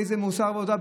באיזה מוסר עבודה,